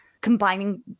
combining